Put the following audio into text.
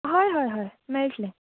हय हय हय मेळटलें